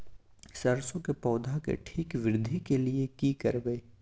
सरसो के पौधा के ठीक वृद्धि के लिये की करबै?